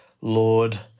Lord